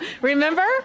Remember